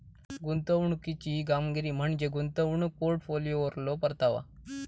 गुंतवणुकीची कामगिरी म्हणजे गुंतवणूक पोर्टफोलिओवरलो परतावा